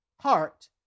heart